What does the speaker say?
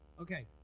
Okay